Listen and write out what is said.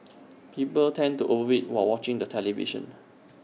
people tend to over eat while watching the television